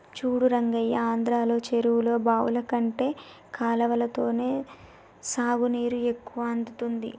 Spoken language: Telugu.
చూడు రంగయ్య ఆంధ్రలో చెరువులు బావులు కంటే కాలవలతోనే సాగునీరు ఎక్కువ అందుతుంది